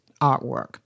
artwork